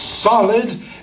solid